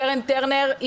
קרן טרנר,